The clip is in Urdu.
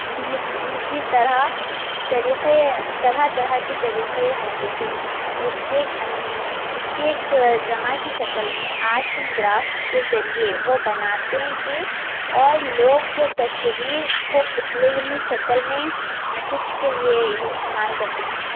مجھ مجھی طرح طریقے طرح طرح کے طریقے ہوتے تھے اس میں اس کے ایک ان اس کے ایک جمع کی شکل میں آرٹس اینڈ گراف کے ذریعہ وہ بناتے ہیں کہ اور لوگ جو تصویر کو پتلے میں شکل میں مسیج کے لیے استعمال کرتے ہیں